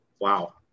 wow